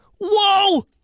Whoa